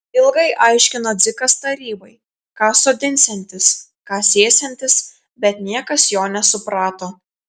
ilgai aiškino dzikas tarybai ką sodinsiantis ką sėsiantis bet niekas jo nesuprato